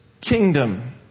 kingdom